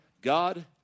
God